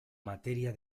materia